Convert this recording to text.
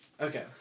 Okay